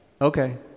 okay